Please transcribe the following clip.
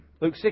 Luke